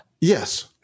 Yes